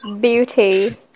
beauty